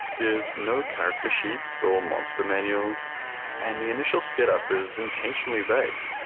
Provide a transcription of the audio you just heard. there's no character sheets or monster manuals and the initial setup is intentionally vague,